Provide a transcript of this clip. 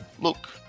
look